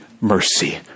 mercy